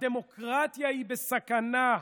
"הדמוקרטיה בסכנה"